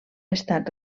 estat